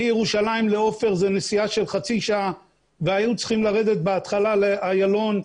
מירושלים לעופר זו נסיעה של חצי שעה והיו צריכים לרדת בהתחלה לאיילון.